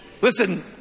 Listen